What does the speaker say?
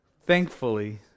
Thankfully